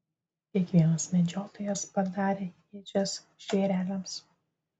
kiekvienas medžiotojas padarė ėdžias žvėreliams